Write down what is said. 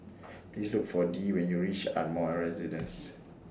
Please Look For Dee when YOU REACH Ardmore A Residence